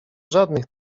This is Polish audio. żadnych